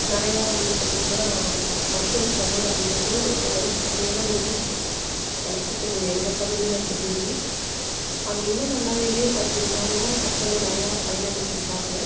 நிறையா வந்து பார்த்திங்கினா மருத்துவ சேவை அப்படிங்கிறது ஒரு அளவுக்குக் கம்மியாக தான் இருந்துச்சு எனக்கு தெரி எங்கள் பகுதியில் தெரிஞ்சு அதை இன்னும் நல்லா விரிவுப்படுத்தி இருந்தாங்கன்னால் மக்களும் நிறையா பயன் அடைஞ்சி இருப்பாங்க